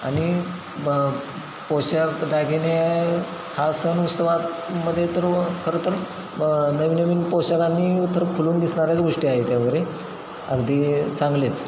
आणि ब पोषाख दागिने हा सण उत्सवामध्ये तर खरं तर ब नवीन नवीन पोषकांनी तर फुलून दिसणाऱ्याच गोष्टी आहेत त्या वगैरे अगदी चांगलेच